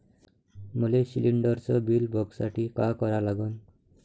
मले शिलिंडरचं बिल बघसाठी का करा लागन?